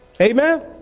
Amen